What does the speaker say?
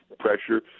pressure